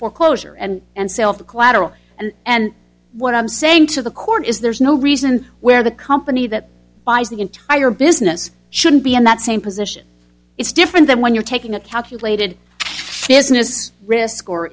foreclosure and and sale for collateral and what i'm saying to the court is there's no reason where the company that buys the entire business should be in that same position it's different than when you're taking a calculated business risk or